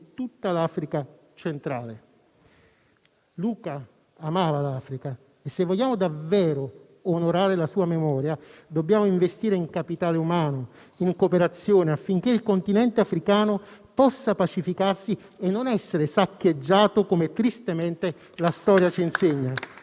tutta l'Africa centrale. Luca amava l'Africa e se vogliamo davvero onorare la sua memoria, dobbiamo investire in capitale umano e in cooperazione affinché il continente africano possa pacificarsi e non essere saccheggiato, come tristemente la storia ci insegna.